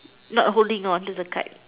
not holding onto the kite